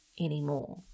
anymore